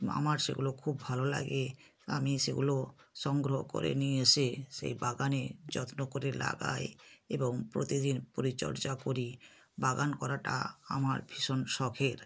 আমার সেগুলো খুব ভালো লাগে আমি সেগুলো সংগ্রহ করে নিয়ে এসে সেই বাগানে যত্ন করে লাগাই এবং প্রতিদিন পরিচর্যা করি বাগান করাটা আমার ভীষণ শখের